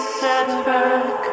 setback